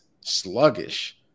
sluggish